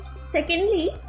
Secondly